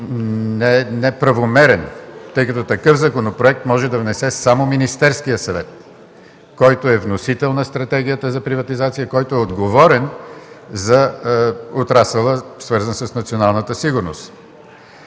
е неправомерен, тъй като такъв законопроект може да внесе само Министерският съвет, който е вносител на Стратегията за приватизация, който е отговорен за отрасъла, свързан с националната сигурност?